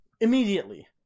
immediately